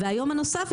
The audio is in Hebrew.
והיום הנוסף,